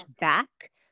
back